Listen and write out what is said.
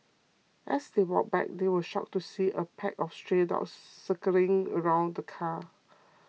as they walked back they were shocked to see a pack of stray dogs circling around the car